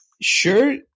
sure